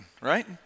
right